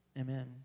Amen